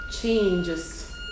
changes